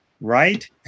right